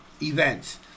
events